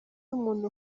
umuntu